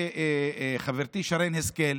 חברתי שרן השכל,